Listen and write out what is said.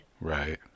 Right